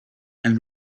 and